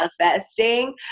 manifesting